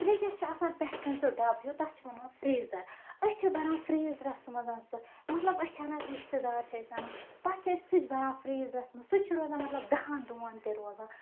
فرجَس چھُ آسان پٮ۪ٹھ کٔنۍ سُہ ڈَبہٕ ہیٚو تَتھ چھِ وَنان فِریٖزر أسۍ چھِ بَران فریٖزرَس منٛز سُہ مطلب أسی چھِ اَنان رِشتہٕ دار چھِ أسۍ اَنان پتہٕ چھِ أسۍ سُہ تہِ بَران فریٖزرَس منٛز سُہ تہِ چھُ روزان مطلب دہن دۄہن تہِ روزان